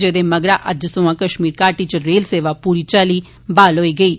जेदे मगरा अज्ज सोया कश्मीर घाटी इच रेल सेवा पूरी चाली बहाल होई गेई ऐ